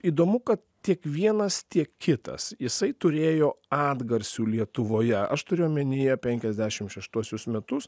įdomu kad tiek vienas tiek kitas jisai turėjo atgarsių lietuvoje aš turiu omenyje penkiasdešim šeštuosius metus